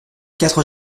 quatre